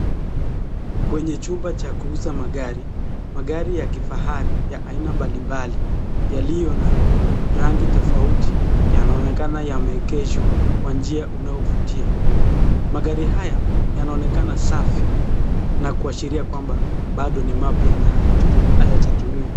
Kuna chumba cha kuuza magari, magari ya kifahari ya aina mbalimbali yaliyo na rangi tofauti yanaonekana yameegeshwa kwa njia unayovutia. Magari haya yanaonekana safi na kuashiria kwamba bado ni mapya na hayajatumiwa.